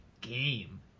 game